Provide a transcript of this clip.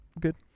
Good